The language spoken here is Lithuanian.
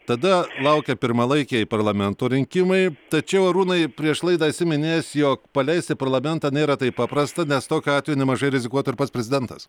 tada laukia pirmalaikiai parlamento rinkimai tačiau arūnai prieš laidą esi minėjęs jog paleisti parlamentą nėra taip paprasta nes tokiu atveju nemažai rizikuotų ir pats prezidentas